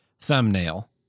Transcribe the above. thumbnail